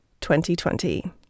2020